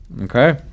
Okay